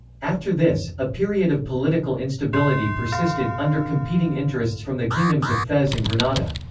after this, a period of political instability persisted, under competing interests from the kingdoms of fez and granada.